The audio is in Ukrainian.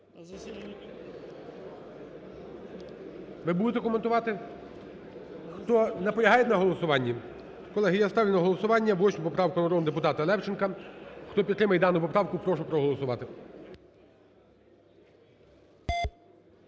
Ви будете коментувати? Хто... Наполягають на голосуванні? Колеги, я ставлю на голосування 8 поправку народного депутата Левченка. Хто підтримує дану поправку, прошу проголосувати.